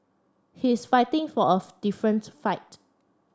he's fighting for of different fight